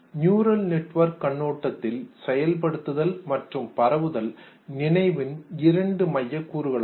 neural network கண்ணோட்டத்தில் செயல்படுத்துதல் மற்றும் பரவுதல் நினைவின் இரண்டு மையக் கூறுகளாகும்